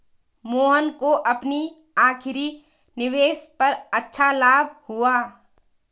मोहन को अपनी आखिरी निवेश पर अच्छा लाभ हुआ